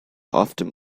often